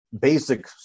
basic